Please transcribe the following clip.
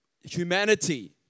humanity